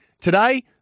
Today